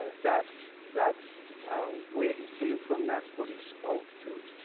ah that's that's ah where he came from, that's what he spoke to.